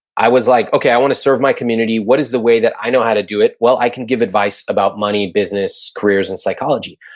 i was like, okay, i wanna serve my community. what is the way that i know how to do it? well, i can give advice about money, business, careers and psychology.